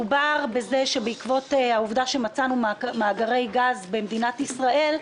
מדובר בזה שבעקבות העובדה שמצאנו מאגרי גז במדינת ישראל,